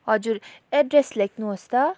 हजुर एड्रेस लेख्नुहोस् त